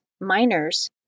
miners